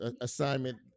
assignment